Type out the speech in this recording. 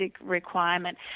requirement